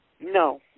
No